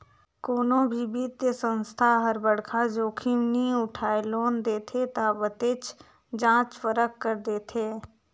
कोनो भी बित्तीय संस्था हर बड़खा जोखिम नी उठाय लोन देथे ता बतेच जांच परख कर देथे